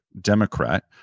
Democrat